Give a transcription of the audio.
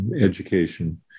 education